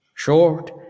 Short